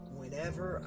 whenever